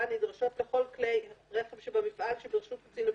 הנדרשות לכל כלי רכב שבמפעל שברשות קצין הבטיחות,